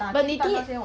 but 你第